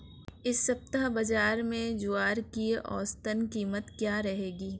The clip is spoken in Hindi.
इस सप्ताह बाज़ार में ज्वार की औसतन कीमत क्या रहेगी?